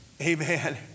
Amen